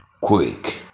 Quick